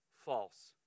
false